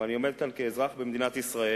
אבל אני עומד כאן כאזרח במדינת ישראל,